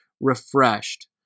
refreshed